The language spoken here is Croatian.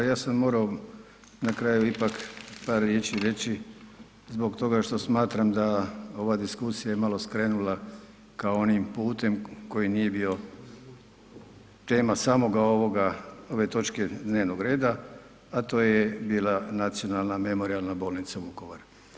Ja sam morao na kraju ipak par riječi reći zbog toga što smatram da ova diskusija je malo skrenula kao onim putem koji nije bio tema samoga ovoga, ove točke dnevnog reda, a to je bila Nacionalna memorijalna bolnica Vukovar.